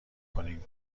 کنیم